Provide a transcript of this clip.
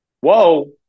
Whoa